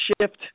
shift